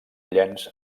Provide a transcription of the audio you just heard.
llenç